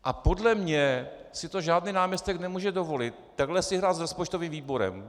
A podle mě si to žádný náměstek nemůže dovolit, takhle si hrát s rozpočtovým výborem.